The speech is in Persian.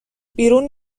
بیرون